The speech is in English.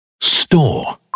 Store